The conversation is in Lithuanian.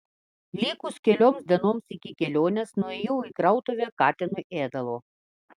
likus kelioms dienoms iki kelionės nuėjau į krautuvę katinui ėdalo